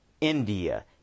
India